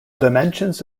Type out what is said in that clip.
dimensions